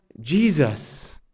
Jesus